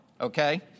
okay